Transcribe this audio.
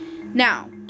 Now